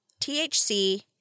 THC